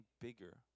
bigger